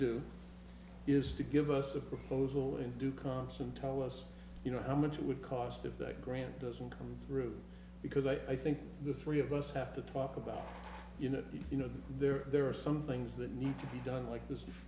do is to give us a proposal in due caution tell us you know how much it would cost of that grant doesn't come through because i think the three of us have to talk about you know you know there are some things that need to be done like this